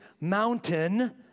mountain